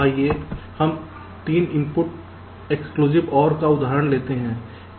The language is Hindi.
आइए हम 3 इनपुट एक्सक्लूसिव OR का उदाहरण लेते हैं